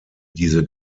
diese